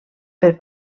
per